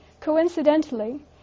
coincidentally